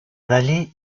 vallée